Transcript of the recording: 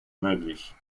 möglich